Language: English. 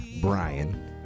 Brian